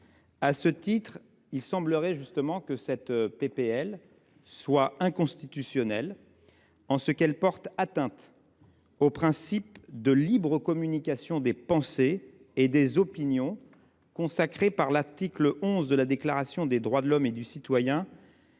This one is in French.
cette proposition de loi soit inconstitutionnelle, en ce qu’elle porte atteinte au principe de libre communication des pensées et des opinions consacré par l’article XI de la Déclaration des droits de l’homme et du citoyen,